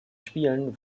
spielen